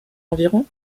environ